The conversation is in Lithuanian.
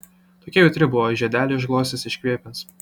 tokia jautri buvo žiedelį išglostys iškvėpins